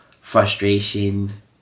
frustration